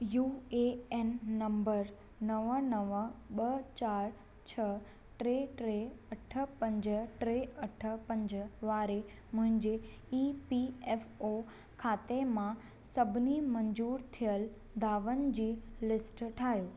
U A N number नव नव ॿ चार छ टे टे अठ पंज टे अठ पंज वारे मुंहिंजे ई पी एफ ओ खाते मां सभिनी मंज़ूरु थियल दावनि जी लिस्ट ठाहियो